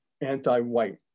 anti-white